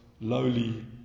lowly